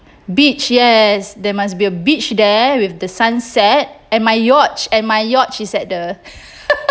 beach yes there must be a beach there with the sunset and my yacht and my yacht is at the